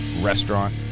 restaurant